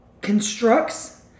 constructs